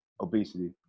obesity